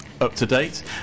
up-to-date